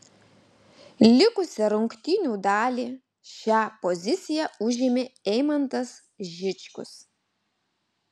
likusią rungtynių dalį šią poziciją užėmė eimantas žičkus